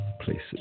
Places